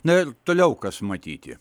na ir toliau kas matyti